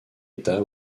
état